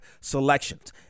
selections